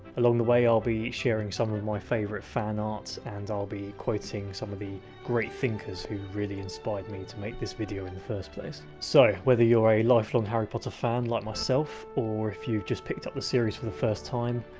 along the way, i'll be sharing some of my favourite fan art, and i'll be quoting some of the great thinkers who really inspired me to make this video in the first place. so whether you're a lifelong harry potter fan like myself, or if you've just picked up the series for the first time,